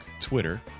Twitter